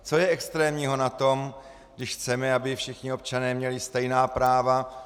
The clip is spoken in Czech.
Co je extrémního na tom, když chceme, aby všichni občané měli stejná práva?